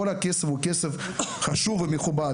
כל הכסף הוא כסף חשוב ומכובד,